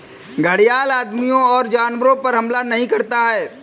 घड़ियाल आदमियों और जानवरों पर हमला नहीं करता है